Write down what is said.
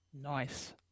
Nice